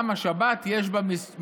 גם השבת, יש בה מהדאגה